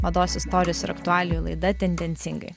mados istorijos ir aktualijų laida tendencingai